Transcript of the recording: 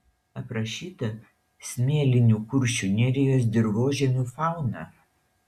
aprašyta smėlinių kuršių nerijos dirvožemių fauna